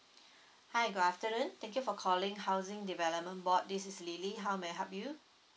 hi good afternoon thank you for calling housing development board this is lily how may I help you